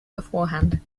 beforehand